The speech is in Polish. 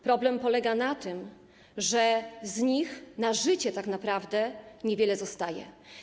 Problem polega na tym, że z nich na życie tak naprawdę niewiele zostaje.